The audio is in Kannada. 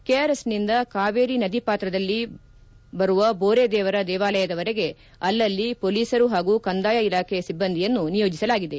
ಕೆಆರ್ಎಸ್ನಿಂದ ಕಾವೇರಿ ನದಿ ಪಾತದಲ್ಲಿ ಬರುವ ಬೋರೇದೇವರ ದೇವಾಲಯದವರೆಗೆ ಅಲ್ಲಲ್ಲಿ ಮೋಲಿಸರು ಹಾಗೂ ಕಂದಾಯ ಇಲಾಖೆ ಸಿಬ್ಬಂದಿ ನಿಯೋಜಿಸಲಾಗಿದೆ